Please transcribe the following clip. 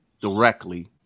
directly